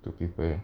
to people